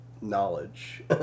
knowledge